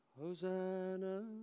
Hosanna